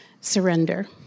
surrender